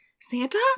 Santa